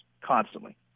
constantly